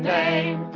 name